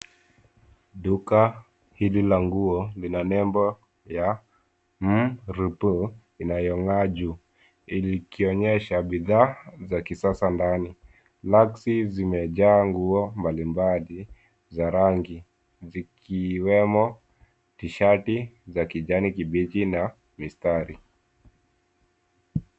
Duka hili la nguo lina nembo ya mrp inayong'aa juu ikionyesha bidhaa za kisasa ndani. Raksi zimejaa nguo mbalimbali za rangi zikiwemo tshati za kijani kibichi na mistari.